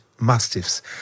mastiffs